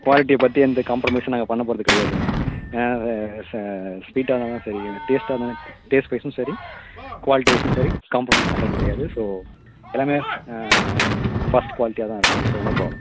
குவாலிட்டியை பற்றி எந்த காம்ப்ரமைஸும் நாங்கள் பண்ண போகிறது கிடையாதுங்க ஸ்வீட்டாக இருந்தாலும் சரி டேஸ்ட்டாக இருந்தாலும் டேஸ்ட் வைஸும் சரி குவாலிட்டிவைஸும் சரி காம்ப்ரமைஸ் பண்ணுறது கிடையாது ஸோ எல்லாமே ஃபஸ்ட் குவாலிட்டியாக தான் இருக்கும் ஸோ நோ ப்ராப்ளம்